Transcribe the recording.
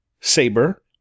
saber